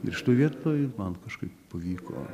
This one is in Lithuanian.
ir šitoj vietoj man kažkaip pavyko